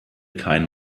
keinen